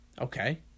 Okay